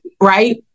right